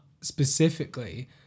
specifically